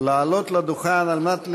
לעלות לדוכן על מנת,